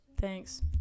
Thanks